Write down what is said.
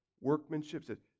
workmanship